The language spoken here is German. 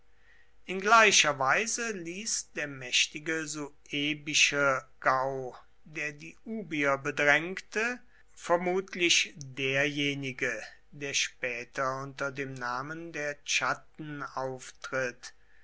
in gleicher weise ließ der mächtige suebische gau der die ubier bedrängte vermutlich derjenige der später unter dem namen der chatten auftritt